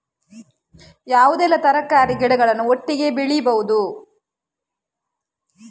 ಯಾವುದೆಲ್ಲ ತರಕಾರಿ ಗಿಡಗಳನ್ನು ಒಟ್ಟಿಗೆ ಬೆಳಿಬಹುದು?